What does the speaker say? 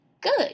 good